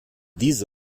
diese